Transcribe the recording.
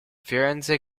firenze